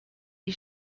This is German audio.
die